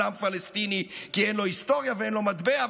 עם פלסטיני כי אין לו היסטוריה ואין לו מטבע,